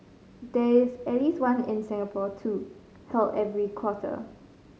there is at least one in Singapore too held every quarter